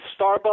Starbucks